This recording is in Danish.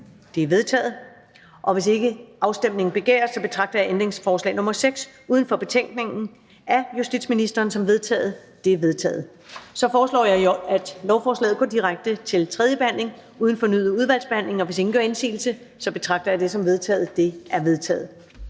De er vedtaget. Hvis ikke afstemning begæres, betragter jeg ændringsforslag nr. 6 uden for betænkningen af justitsministeren som vedtaget. Det er vedtaget. Jeg foreslår, at lovforslaget går direkte til tredje behandling uden fornyet udvalgsbehandling. Hvis ingen gør indsigelse, betragter jeg dette som vedtaget. Det er vedtaget.